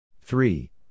Three